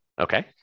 Okay